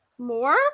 More